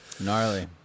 gnarly